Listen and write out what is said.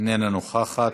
איננה נוכחת,